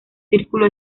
círculo